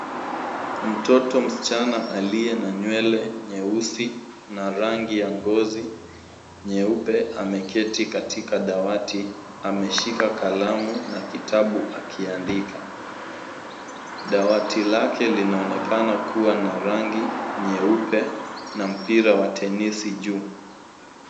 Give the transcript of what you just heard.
Mtoto msichana aliye na nywele nyeusi na rangi ya ngozi nyeupe, ameketi katika dawati, ameshika kalamu na kitabu akiandika. Dawati lake linaonekana kuwa na rangi nyeupe na mpira wa tenisi juu.